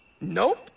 Nope